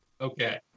Okay